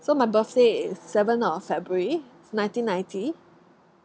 so my birthday is seven of february nineteen ninety